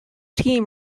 team